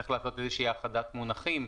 צריך לעשות איזושהי האחדת מונחים.